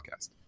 Podcast